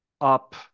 up